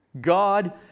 God